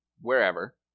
wherever